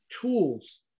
tools